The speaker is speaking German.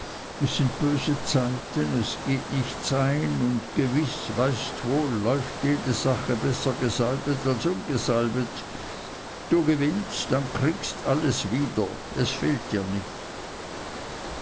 es sind böse zeiten es geht nichts ein und gewiß weißt wohl läuft jede sache besser gesalbet als ungesalbet du gewinnst dann kriegst alles wieder es fehlt dir nicht